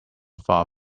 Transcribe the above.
far